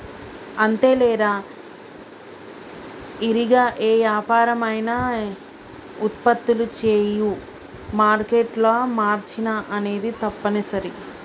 అంతేలేరా ఇరిగా ఏ యాపరం అయినా ఉత్పత్తులు చేయు మారేట్ల మార్చిన అనేది తప్పనిసరి